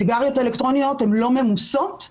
סיגריות אלקטרוניות לא ממוסות,